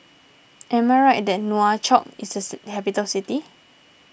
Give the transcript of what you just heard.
am I right that Nouakchott is a capital city